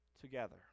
Together